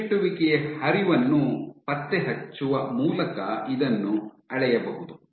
ಹಿಮ್ಮೆಟ್ಟುವಿಕೆಯ ಹರಿವನ್ನು ಪತ್ತೆಹಚ್ಚುವ ಮೂಲಕ ಇದನ್ನು ಅಳೆಯಬಹುದು